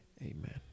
Amen